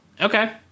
Okay